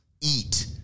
eat